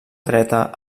dreta